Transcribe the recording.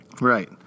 Right